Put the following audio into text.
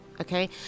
Okay